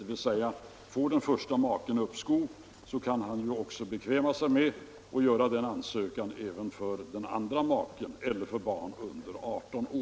Om den ena maken ansöker om uppskov kan han ju bekväma sig med att göra en sådan ansökan också för den andra maken eller för barn under 18 år.